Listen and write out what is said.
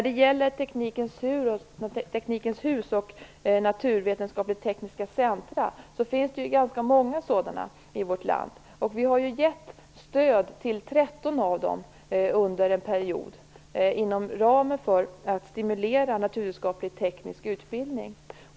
Det finns ganska många Teknikens hus och naturvetenskapligt-tekniska centra i vårt land. Vi har under en period givit stöd till 13 av dem för att stimulera naturvetenskaplig-teknisk utbildning.